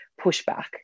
pushback